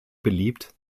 beliebt